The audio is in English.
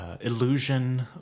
illusion